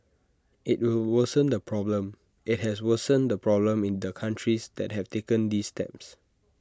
IT will worsen the problem IT has worsened the problem in the countries that have taken these steps